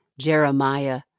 Jeremiah